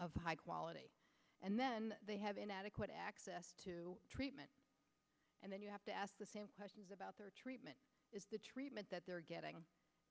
of high quality and then they have an adequate access to treatment and then you have to ask the same questions about their treatment is the treatment that they're getting